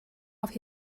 off